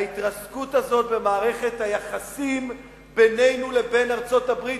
ההתרסקות הזאת במערכת היחסים בינינו לבין ארצות-הברית.